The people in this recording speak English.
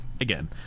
again